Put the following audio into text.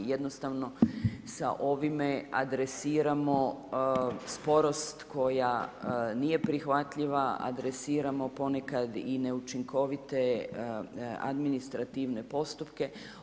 Jednostavno sa ovime adresiramo sporost koja nije prihvatljiva, adresiramo ponekad i neučinkovite administrativne postupke.